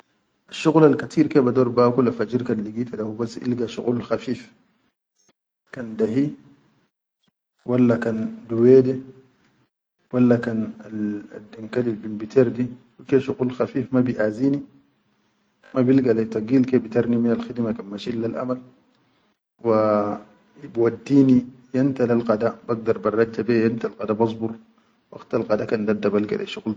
Shakwalal kateer ke bador bakula fajir kan ligita hubas ilga shakwal khafif kan dahi walla ka burodi walla kan al dankali al bunbeter di hu shakwal khafif ma bi azini ma bilga leyi tagil bitarni minal khidime kan mashin le amal, wa bi wadini yaumta lel qada bagdar barrajja beyya lel qada basbur waqtal qada dadda balga leyi shakwal.